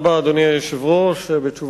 אדוני היושב-ראש, תודה רבה.